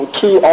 two